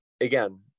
again